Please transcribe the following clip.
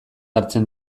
hartzen